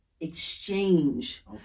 exchange